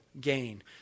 gain